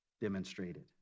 Demonstrated